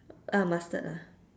ah mustard ah